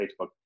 Facebook